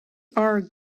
are